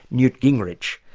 newt gingrich,